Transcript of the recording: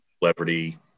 celebrity